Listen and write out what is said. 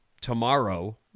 tomorrow